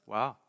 Wow